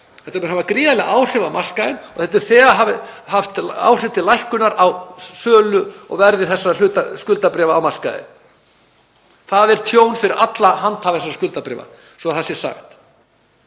Þetta mun hafa gríðarleg áhrif á markaðinn og þetta hefur þegar haft áhrif til lækkunar á sölu og verði þessara skuldabréfa á markaði. Það er tjón fyrir alla handhafa þessara skuldabréfa, svo að það sé sagt.